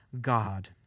God